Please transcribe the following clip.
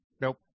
nope